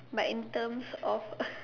but in terms of